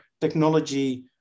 technology